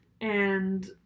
and-